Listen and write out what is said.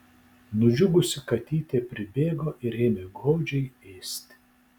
nudžiugusi katytė pribėgo ir ėmė godžiai ėsti